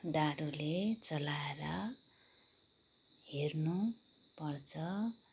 डाडुले चलाएर हेर्नुपर्छ